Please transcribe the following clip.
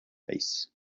face